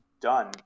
done